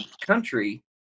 country